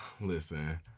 Listen